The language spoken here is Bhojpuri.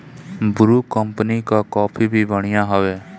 ब्रू कंपनी कअ कॉफ़ी भी बड़ा बढ़िया हवे